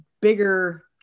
bigger